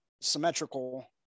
symmetrical